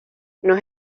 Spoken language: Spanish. nos